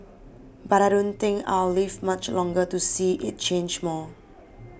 but I don't think I'll live much longer to see it change more